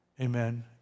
amen